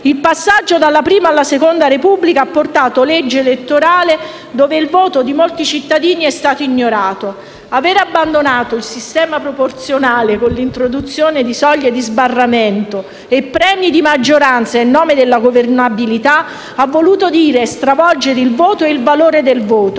Il passaggio dalla Prima alla Seconda Repubblica ha portato leggi elettorali per le quali il voto di molti cittadini è stato ignorato. Aver abbandonato il sistema proporzionale con l'introduzione di soglie di sbarramento e premi di maggioranza in nome della governabilità ha voluto dire stravolgere il voto e il valore del voto;